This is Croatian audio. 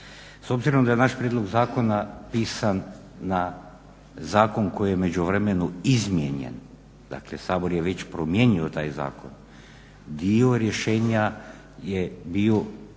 S obzirom da je naš prijedlog zakona pisan na zakon koji je u međuvremenu izmijenjen, dakle Sabor je već promijenio taj zakon, dio rješenja je bio sličan